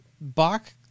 Bach